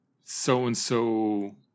so-and-so